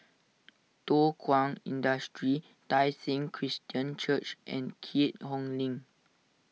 Thow Kwang Industry Tai Seng Christian Church and Keat Hong Link